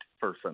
person